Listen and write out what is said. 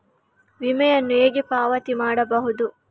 ವಿಮೆಯನ್ನು ಹೇಗೆ ಪಾವತಿ ಮಾಡಬಹುದು?